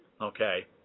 Okay